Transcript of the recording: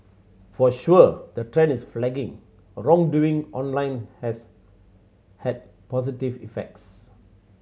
for sure the trend in flagging wrongdoing online has had positive effects